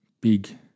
big